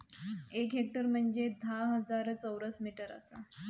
एक हेक्टर म्हंजे धा हजार चौरस मीटर आसा